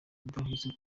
idahwitse